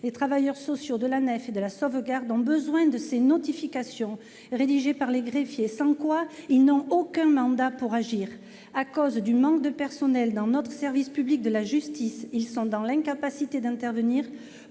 et de la Sauvegarde de l'enfance et de l'adolescence ont besoin de ces notifications rédigées par les greffiers, sans quoi ils n'ont aucun mandat pour agir. À cause du manque de personnel dans le service public de la justice, ils sont dans l'incapacité d'oeuvrer